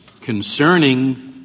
concerning